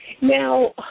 Now